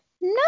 No